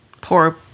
Poor